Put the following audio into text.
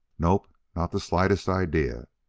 nope, not the slightest idea.